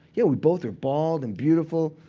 yeah, we both are bald and beautiful.